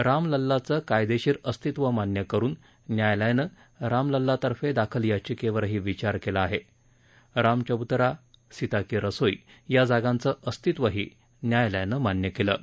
रामलल्लाचं कायदेशीर अस्तित्व मान्य करुन न्यायालयानं रामलल्ला तर्फे दाखल याचिकेवरही विचार केला आहे रामचब्तरा सीता की रसोई या जागांचं अस्तित्वही न्यायालयानं मान्य केलं आहे